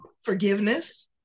Forgiveness